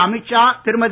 Amit Shah Thirumathi